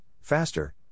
faster